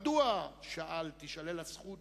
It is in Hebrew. מדוע תישלל הזכות